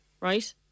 right